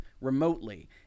remotely